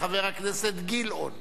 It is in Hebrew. חבר הכנסת גילאון.